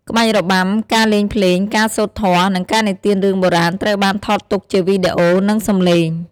ក្បាច់របាំ ការលេងភ្លេង ការសូត្រធម៌ និងការនិទានរឿងបុរាណត្រូវបានថតទុកជាវីដេអូ និងសំឡេង។